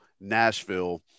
Nashville